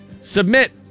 Submit